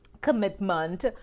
commitment